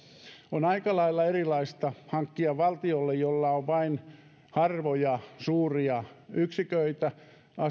on aika lailla erilaista hankkia valtiolle jolla on vain harvoja suuria yksiköitä